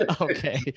Okay